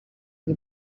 nie